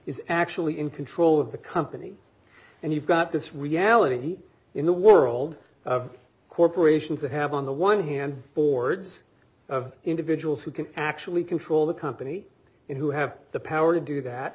is actually in control of the company and you've got this reality in the world of corporations that have on the one hand boards of individuals who can actually control the company and who have the power to do that